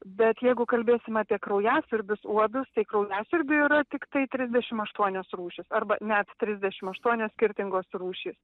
bet jeigu kalbėsim apie kraujasiurbius uodus tai kraujasiurbių yra tiktai trisdešim aštuonios rūšys arba net trisdešim aštuonios skirtingos rūšys